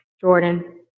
Jordan